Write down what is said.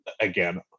again